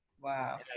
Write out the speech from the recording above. Wow